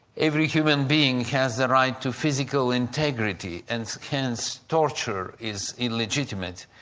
every human being has the right to physical integrity and hence torture is illegitimate,